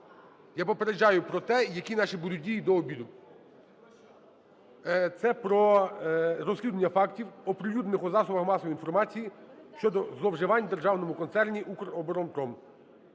Я попереджаю про те, які наші будуть дії до обіду. Це про розслідування фактів, оприлюднених у засобах масової інформації, щодо зловживань в Державному концерні "Укроборонпром"